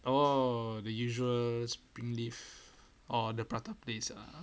oh the usual springleaf or the prata place ah